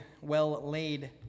well-laid